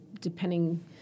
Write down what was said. depending